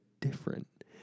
different